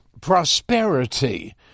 prosperity